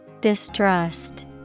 Distrust